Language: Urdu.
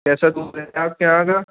کیسا دودھ رہتا ہے آپ کے یہاں کا